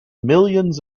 millions